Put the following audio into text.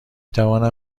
توانم